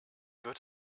wird